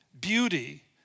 beauty